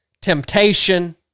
temptation